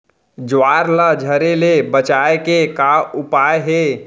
ज्वार ला झरे ले बचाए के का उपाय हे?